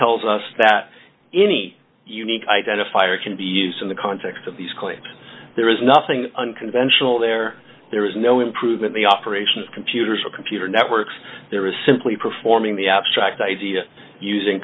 tells us that any unique identifier can be used in the context of these claims there is nothing unconventional there there is no improvement the operation of computers or computer networks there is simply performing the abstract idea using